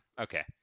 Okay